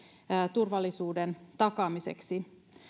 turvallisuuden takaamiseksi